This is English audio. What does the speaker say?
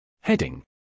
Heading